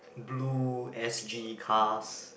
Blue-S_G cars